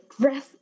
dress